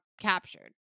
captured